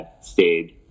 stayed